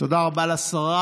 תודה רבה לשרה.